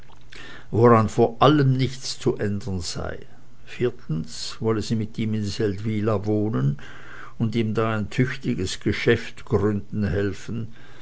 woran vor allem nichts zu ändern sei viertens wolle sie mit ihm in seldwyla wohnen und ihm da ein tüchtiges geschäft gründen helfen